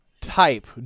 type